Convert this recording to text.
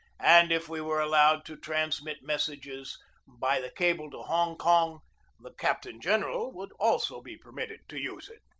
and if we were allowed to transmit mes sages by the cable to hong kong the captain-general would also be permitted to use it.